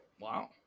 wow